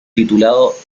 titulado